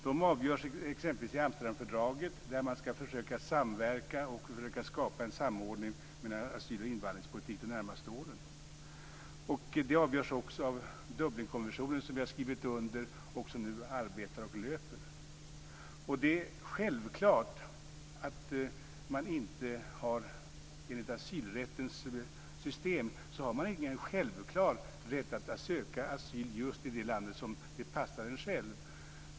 De avgörs exempelvis i Amsterdamfördraget, där man skall försöka skapa en samverkan mellan asyl och invandringspolitik de närmaste åren. De avgörs också av Dublinkonventionen som vi har skrivit under och som nu arbetar och löper. Enligt asylrättens system har man ingen självklar rätt att söka asyl i just det land som passar en själv.